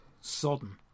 sodden